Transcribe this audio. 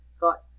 got